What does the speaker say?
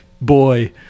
Boy